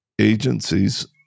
agencies